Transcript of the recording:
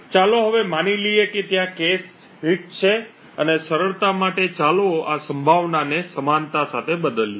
ચાલો હવે માની લઈએ કે ત્યાં cache હિટ છે અને સરળતા માટે ચાલો આ સંભાવનાને સમાનતા સાથે બદલીએ